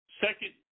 Second